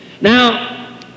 Now